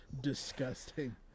disgusting